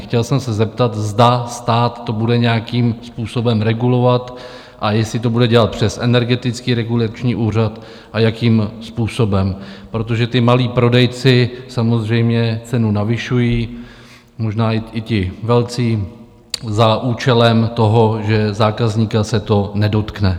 Chtěl jsem se zeptat, zda stát to bude nějakým způsobem regulovat a jestli to bude dělat přes Energetický regulační úřad a jakým způsobem, protože ti malí prodejci samozřejmě cenu navyšují, možná i ti velcí za účelem toho, že zákazníka se to nedotkne.